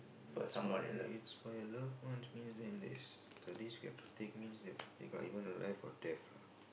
it's for your it's for your love ones meaning that is that is we have to take means we have to take lah even alive or death